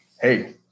hey